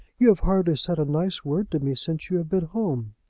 you have hardly said a nice word to me since you have been home.